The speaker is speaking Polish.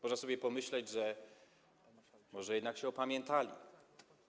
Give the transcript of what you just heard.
Można sobie pomyśleć, że może jednak się opamiętali.